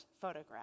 photograph